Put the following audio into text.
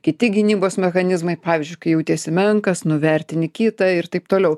kiti gynybos mechanizmai pavyzdžiui kai jautiesi menkas nuvertini kitą ir taip toliau